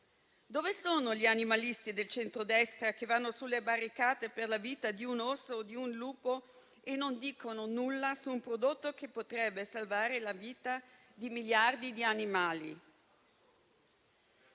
Dove sono gli animalisti del centrodestra che vanno sulle barricate per la vita di un orso o di un lupo e non dicono nulla su un prodotto che potrebbe salvare la vita di miliardi di animali?